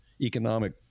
economic